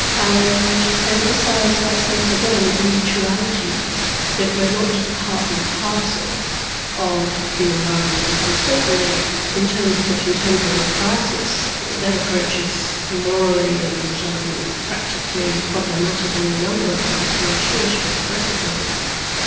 and emphasise that sense again of mutuality that we're not just part and parcel of the environment, and certainly in terms of the contemporary crisis, that approach is morally and um practically problematic on a number of fronts, and i'm sure she would have recognised that.